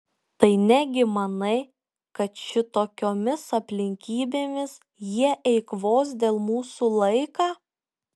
tai negi manai kad šitokiomis aplinkybėmis jie eikvos dėl mūsų laiką